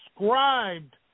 described